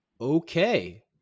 Okay